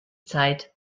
zeit